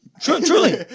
truly